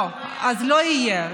לא, אז לא יהיה.